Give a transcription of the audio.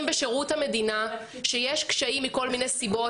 בשירות המדינה שיש קשיים מכל מיני סיבות,